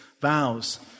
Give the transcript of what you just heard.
vows